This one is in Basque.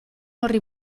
horri